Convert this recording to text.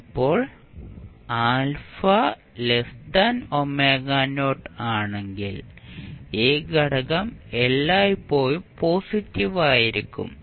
ഇപ്പോൾ ɑ ആണെങ്കിൽ ഈ ഘടകം എല്ലായ്പ്പോഴും പോസിറ്റീവ് ആയിരിക്കും